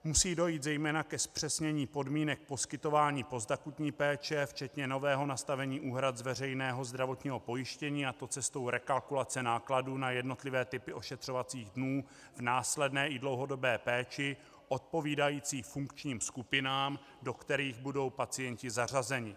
Musí dojít zejména ke zpřesnění podmínek poskytování postakutní péče včetně nového nastavení úhrad z veřejného zdravotního pojištění, a to cestou rekalkulace nákladů na jednotlivé typy ošetřovacích dnů v následné i dlouhodobé péči odpovídající funkčním skupinám, do kterých budou pacienti zařazeni.